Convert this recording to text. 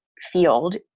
field